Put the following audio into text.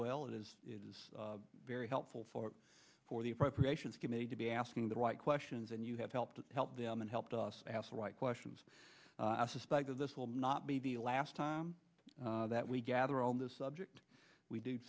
well as it is very helpful for for the appropriations committee to be asking the right questions and you have helped help them and helped us ask the right questions i suspect that this will not be the last time that we gather on this subject we do